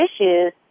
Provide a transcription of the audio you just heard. issues